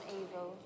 evil